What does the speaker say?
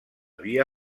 via